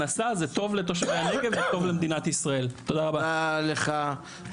אני כותב לו ב-ווטסאפ שאני לא יכול לדבר אבל לתת לו את